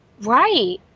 Right